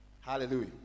Hallelujah